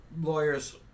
lawyers